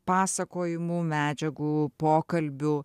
pasakojimų medžiagų pokalbių